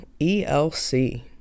elc